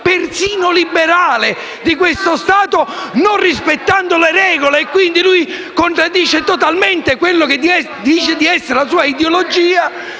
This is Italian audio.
liberale di questo Stato, non rispettando le regole. Quindi lui contraddice totalmente quello che dice di essere e la sua ideologia.